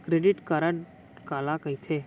Credit card काला कहिथे?